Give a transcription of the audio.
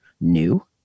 new